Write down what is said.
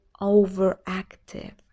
overactive